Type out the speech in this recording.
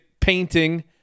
painting